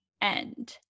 end